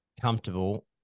comfortable